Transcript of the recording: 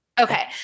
Okay